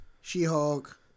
She-Hulk